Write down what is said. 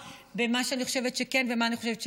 בין מה שאני חושבת שכן ומה אני חושבת שלא.